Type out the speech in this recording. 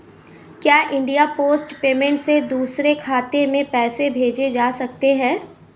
क्या India post payment bank से दूसरे खाते में पैसे भेजे जा सकते हैं?